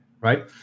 right